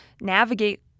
navigate